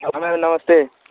नमस्ते